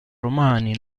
romani